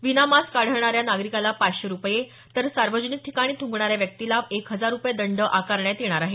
विना मास्क आढळणाऱ्या नागरिकाला पाचशे रुपये तर सार्वजनिक ठिकाणी थ्रंकणाऱ्या व्यक्तीला एक हजार रुपये दंड आकारण्यात येणार आहे